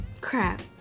crap